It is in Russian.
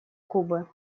кубы